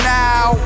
now